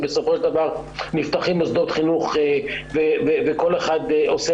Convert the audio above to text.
ובסופו של דבר נפתחים מוסדות חינוך וכל אחד עושה